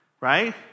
right